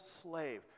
slave